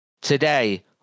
Today